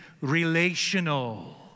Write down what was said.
relational